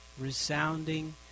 resounding